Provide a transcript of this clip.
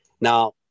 Now